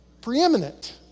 Preeminent